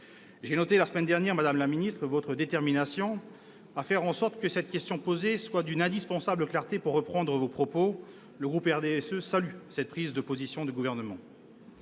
j'ai noté la semaine dernière votre détermination à faire en sorte que cette question posée soit d'une « indispensable clarté », pour reprendre vos propos. Le groupe du RDSE salue cette prise de position du Gouvernement.